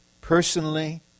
Personally